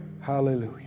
Hallelujah